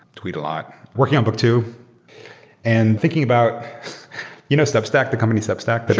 tweet a lot, working on book two and thinking about you know substack? the company substack? but